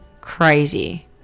Crazy